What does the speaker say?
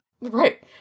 Right